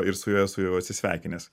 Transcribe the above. ir su juo esu jau atsisveikinęs